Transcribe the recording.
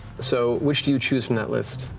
so which do you choose from that list?